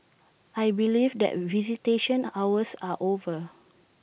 I believe that visitation hours are over